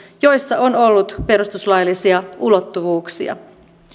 joissa on ollut perustuslaillisia ulottuvuuksia